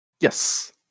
yes